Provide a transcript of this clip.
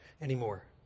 anymore